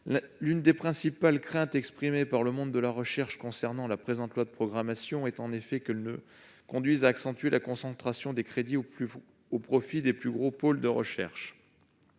L'une des principales craintes exprimées par le monde de la recherche concernant le présent projet de loi de programmation est en effet qu'il ne conduise à accentuer la concentration des crédits au profit des plus gros pôles de recherche.